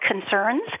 concerns